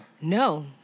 No